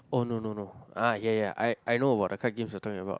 oh no no no ah yeah yeah I I know about the card games you're talking about